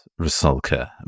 Rusalka